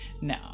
No